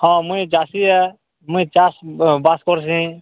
ହଁ ମୁଇଁ ଚାଷୀଏ ମୁଇଁ ଚାଷ୍ ବାସ୍ କରୁଛି